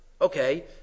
Okay